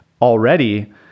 already